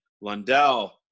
Lundell